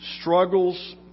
struggles